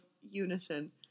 unison